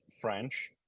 French